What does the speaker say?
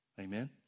Amen